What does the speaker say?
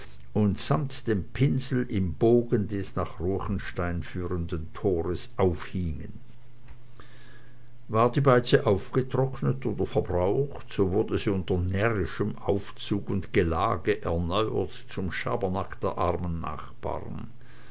und samt dem pinsel im bogen des nach ruechenstein führenden tores aufhingen war die beize aufgetrocknet oder verbraucht so wurde sie unter närrischem aufzug und gelage erneuert zum schabernack der armen nachbaren